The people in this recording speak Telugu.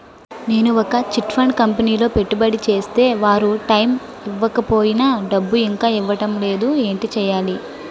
నేను ఒక చిట్ ఫండ్ కంపెనీలో పెట్టుబడి చేస్తే వారు టైమ్ ఇవ్వకపోయినా డబ్బు ఇంకా ఇవ్వడం లేదు ఏంటి చేయాలి?